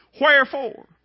Wherefore